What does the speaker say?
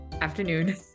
afternoon